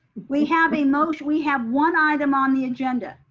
we have a motion. we have one item on the agenda,